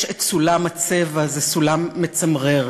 יש סולם הצבע, זה סולם מצמרר.